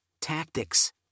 tactics